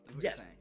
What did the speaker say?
Yes